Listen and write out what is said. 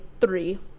three